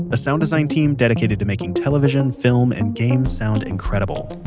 a sound design team dedicated to making television, film and games sound incredible.